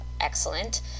excellent